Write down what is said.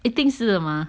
一定是的吗